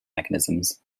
mechanisms